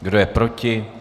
Kdo je proti?